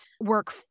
work